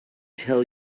tell